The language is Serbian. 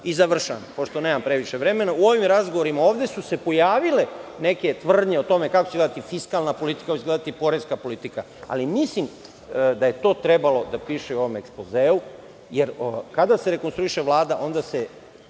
Završavam, pošto nemam previše vremena.U ovim razgovorima ovde su se pojavile neke tvrdnje o tome kako će izgledati fiskalna politika, kako će izgledati poreska politika, ali mislim da je to trebalo da piše u ovom ekspozeu, jer kada se Vlada rekonstruiše, onda se